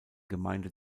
gemeinde